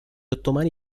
ottomani